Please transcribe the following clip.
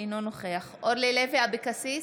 אינו נוכח אורלי לוי אבקסיס,